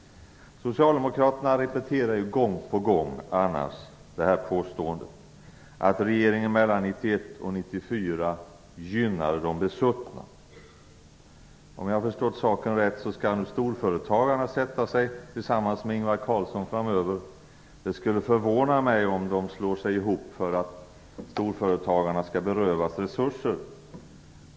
Socialdemokraterna repeterar ju gång på gång påståendet att regeringen mellan 1991 och 1994 gynnade de besuttna. Om jag har förstått saken rätt skall nu storföretagarna sätta sig ned tillsammans med Ingvar Carlsson. Det skulle förvåna mig om de slår sig ihop för att storföretagarna skall berövas resurser.